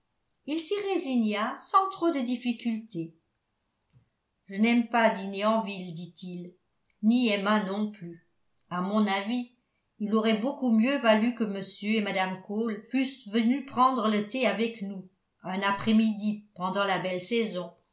il s'y résigna sans trop de difficultés je n'aime pas dîner en ville dit-il ni emma non plus à mon avis il aurait beaucoup mieux valu que m et mme cole fussent venus prendre le thé avec nous un après-midi pendant la belle saison